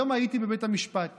היום הייתי בבית המשפט